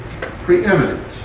preeminent